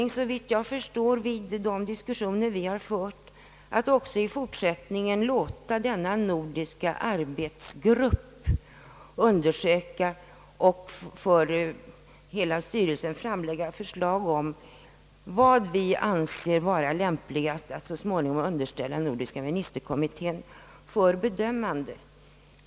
Såvitt jag har förstått efter de diskussioner vi har fört är det styrelsens mening att även i fortsättningen låta denna nordiska arbetsgrupp undersöka och för hela styrelsen framlägga förslag om vad vi anser lämpligast att småningom underställa nordiska ministerkommittén för bedömande.